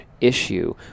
issue